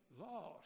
lost